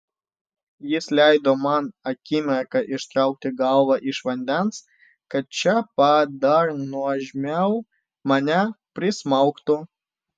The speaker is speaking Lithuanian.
jis leido man akimirką ištraukti galvą iš vandens kad čia pat dar nuožmiau mane prismaugtų